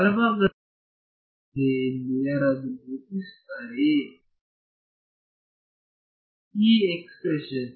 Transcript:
ಬಲಭಾಗದಲ್ಲಿರುವ ಈ ಎಕ್ಸ್ಪ್ರೆಶನ್ ಹೇಗಿದೆ ಎಂದು ಯಾರಾದರೂ ಗುರುತಿಸುತ್ತಾರೆಯೇ ಈ ಎಕ್ಸ್ಪ್ರೆಶನ್